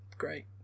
great